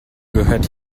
gehört